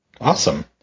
Awesome